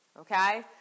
Okay